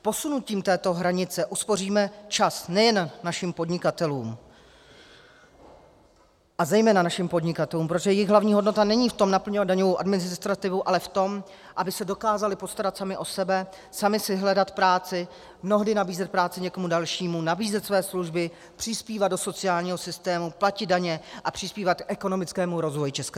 Posunutím této hranice uspoříme čas nejen našim podnikatelům, a zejména našim podnikatelům, protože jejich hlavní hodnota není v tom naplňovat daňovou administrativu, ale v tom, aby se dokázali postarat sami o sobe, sami si hledat práci, mnohdy nabízet práci někomu dalšímu, nabízet své služby, přispívat do sociálního systému, platit daně a přispívat k ekonomickému rozvoji ČR.